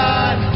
God